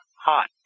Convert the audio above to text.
hot